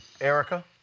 Erica